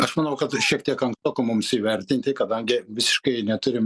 aš manau kad šiek tiek ankstoka mums jį vertinti kadangi visiškai neturim